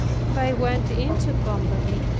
if i went into company,